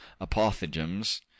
apothegms